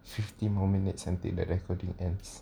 fifty more minutes until the recording ends